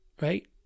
Right